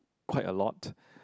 quite a lot